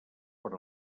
per